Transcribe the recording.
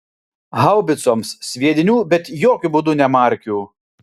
haubicoms sviedinių bet jokiu būdu ne markių